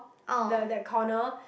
the that corner